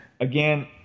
Again